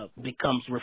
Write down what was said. Becomes